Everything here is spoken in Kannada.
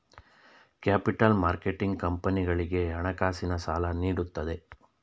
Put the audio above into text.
ಕ್ಯಾಪಿಟಲ್ ಮಾರ್ಕೆಟಿಂಗ್ ಕಂಪನಿಗಳಿಗೆ ಹಣಕಾಸಿನ ಸಾಲ ನೀಡುತ್ತದೆ